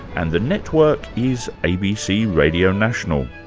and the network is abc radio national.